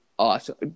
awesome